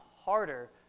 harder